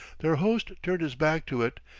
their host turned his back to it,